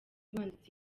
wanditse